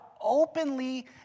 openly